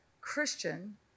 Christian